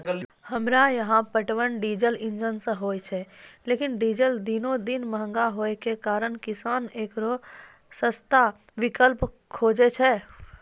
हमरा यहाँ पटवन डीजल इंजन से होय छैय लेकिन डीजल दिनों दिन महंगा होय के कारण किसान एकरो सस्ता विकल्प खोजे छैय?